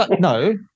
no